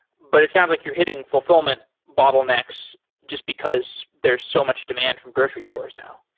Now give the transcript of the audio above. but it sounds like you're hitting fulfillment bottlenecks just because there's so much demand from grocery stores now.